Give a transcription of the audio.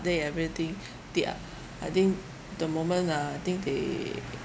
day everything they are I think the moment ah I think they